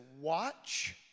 watch